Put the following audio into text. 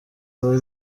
bari